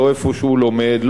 לא איפה שהוא לומד,